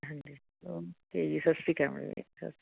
ਹਾਂਜੀ ਓਕੇ ਜੀ ਸਤਿ ਸ਼੍ਰੀ ਅਕਾਲ ਮੈਡਮ ਜੀ ਸਤਿ ਸ਼੍ਰੀ